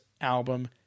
album